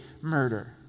murder